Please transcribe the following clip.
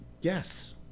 Yes